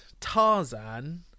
Tarzan